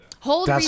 hold